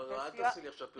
אל תעשי עכשיו פרסומת.